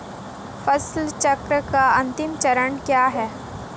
फसल चक्र का अंतिम चरण क्या है?